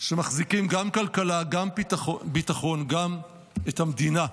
שמחזיקים גם כלכלה, גם ביטחון, גם את המדינה.